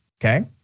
Okay